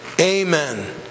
Amen